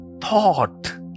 thought